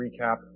recap